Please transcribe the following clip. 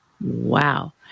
Wow